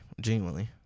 genuinely